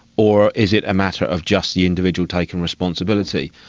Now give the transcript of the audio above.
or is it a matter of just the individual taking responsibility?